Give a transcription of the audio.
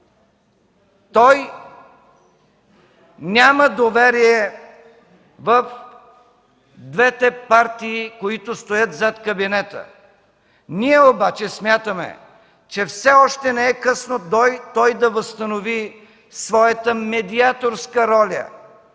Той няма доверие в двете партии, които стоят зад кабинета. Ние обаче смятаме, че все още не е късно той да възстанови своята медиаторска роля,